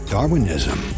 Darwinism